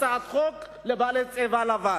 הצעת חוק לבעלי צבע לבן.